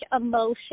emotion